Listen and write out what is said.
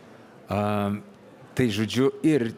a tai žodžiu ir